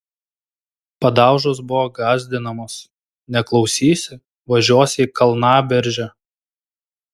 padaužos buvo gąsdinamos neklausysi važiuosi į kalnaberžę